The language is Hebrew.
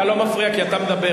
אתה לא מפריע כי אתה מדבר.